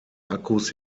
akkus